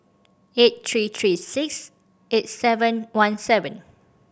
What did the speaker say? eight three three six eight seven one seven